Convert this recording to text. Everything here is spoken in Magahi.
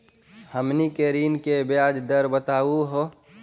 हमनी के ऋण के ब्याज दर बताहु हो?